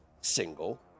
single